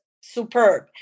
superb